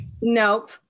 Nope